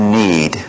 need